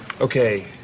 Okay